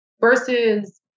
versus